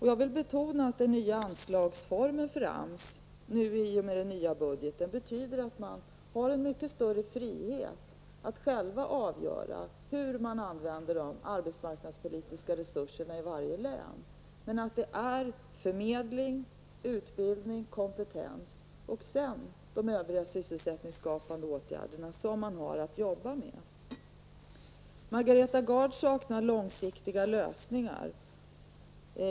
Jag vill betona att den nya anslagsformen för AMS i och med det nya budgetåret betyder att man har en mycket större frihet i varje län att själv avgöra hur de arbetsmarknadspolitiska resurserna skall användas. Men det är förmedling, utbildning och kompetens samt de övriga sysselsättningsskapande åtgärder som man har att jobba med. Margareta Gard saknar långsiktiga lösningar.